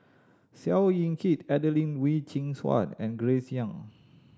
Seow Yit Kin Adelene Wee Chin Suan and Grace Young